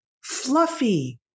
fluffy